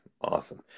awesome